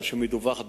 וכשהיא מדווחת,